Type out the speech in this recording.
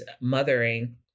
mothering